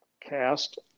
cast